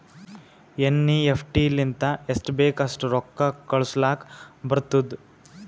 NEFT ಲಿಂತ ಎಸ್ಟ್ ಬೇಕ್ ಅಸ್ಟ್ ರೊಕ್ಕಾ ಕಳುಸ್ಲಾಕ್ ಬರ್ತುದ್